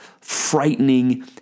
frightening